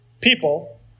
people